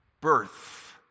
birth